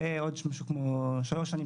זה בעוד שנתיים, שלוש שנים,